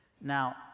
Now